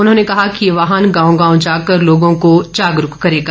उन्होंने कहा कि ये वाहन गांव गांव जाकर लोगों को जागरूक करेगा